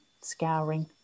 scouring